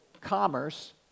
commerce